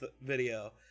video